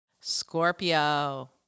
Scorpio